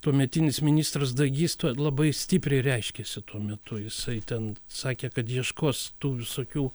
tuometinis ministras dagys tuo labai stipriai reiškėsi tuo metu jisai ten sakė kad ieškos tų visokių